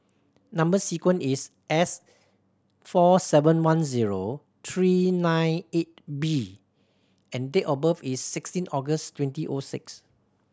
number sequence is S four seven one zero three nine eight B and date of birth is sixteen August twenty O six